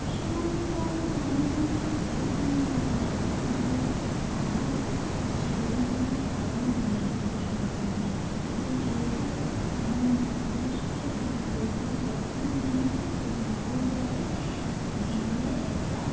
শুনিনি বা আমি জানিনি এরকম ব্যাপার আছে কিন্তু আমার সেরকম কোন ধারণা নেই এইটা সম্পর্কে শুধু যেহেতু আমি ভূগোলের স্টুডেন্ট আমি বই পড়ে যতটুকু জেনেছি যে মঙ্গল গ্রহে জীবনের একটা